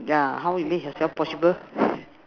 yeah how you make yourself possible